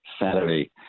Saturday